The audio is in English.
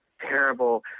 terrible